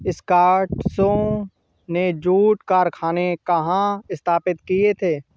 स्कॉटिशों ने जूट कारखाने कहाँ स्थापित किए थे?